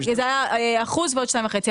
זה היה אחוז ועוד שניים וחצי,